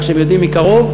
כך שהם יודעים מקרוב.